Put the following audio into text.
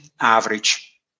average